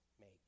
make